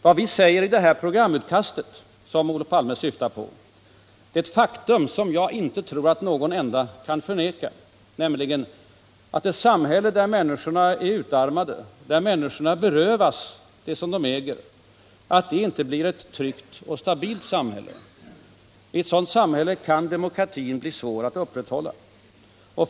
Vad vi säger i vårt programutkast, som Olof Palme syftar på, är — ett faktum som jag inte tror att någon enda kan förneka — att ett samhälle där människorna är utarmade, där människorna berövas det som de äger, inte blir ett tryggt och stabilt samhälle. I ett sådant samhälle kan det bli svårt att upprätthålla demokratin.